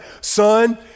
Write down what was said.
Son